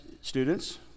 students